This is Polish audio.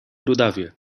rudawie